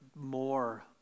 more